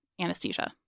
anesthesia